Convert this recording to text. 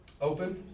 Open